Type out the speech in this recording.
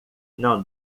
não